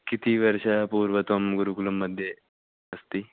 कति वर्षाणां पूर्वं त्वं गुरुकुलं मध्ये असि